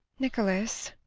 nicholas!